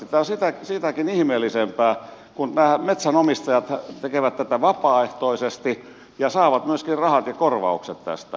tämä on sitäkin ihmeellisempää kun nämä metsänomistajathan tekevät tätä vapaaehtoisesti ja saavat myöskin rahat ja korvaukset tästä